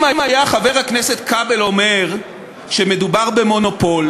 אם היה חבר הכנסת כבל אומר שמדובר במונופול,